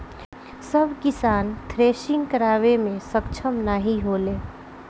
सब किसान थ्रेसिंग करावे मे सक्ष्म नाही होले